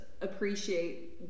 appreciate